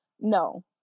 no